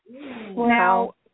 now